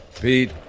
Pete